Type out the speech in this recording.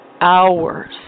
hours